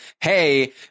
hey